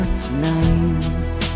tonight